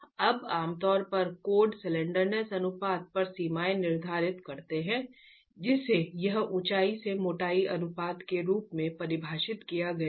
अब आम तौर पर कोड स्लैंडरनेस अनुपात पर सीमाएं निर्धारित करते हैं जिसे यहां ऊंचाई से मोटाई अनुपात के रूप में परिभाषित किया गया है